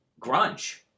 grunge